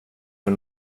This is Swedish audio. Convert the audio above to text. för